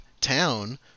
town